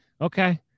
Okay